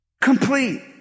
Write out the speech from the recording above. Complete